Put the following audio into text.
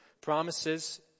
promises